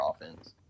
offense